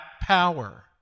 power